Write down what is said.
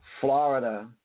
Florida